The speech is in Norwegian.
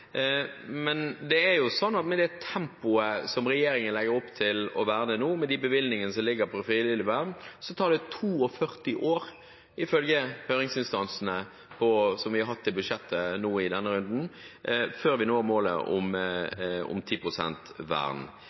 tempoet som regjeringen nå legger opp til i forbindelse med vern, med de bevilgningene som ligger inne til frivillig vern, tar det 42 år, ifølge høringsinstansene som vi har hatt inne nå i denne budsjettrunden, før vi når målet om 10 pst. vern.